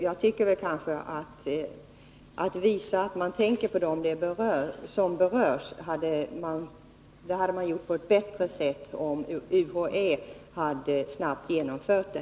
Jag tycker att man på ett bättre sätt hade visat att man tänker på dem som berörs, om UHÄ hade genomfört det nya systemet snabbt.